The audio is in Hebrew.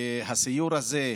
הסיור הזה,